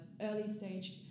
early-stage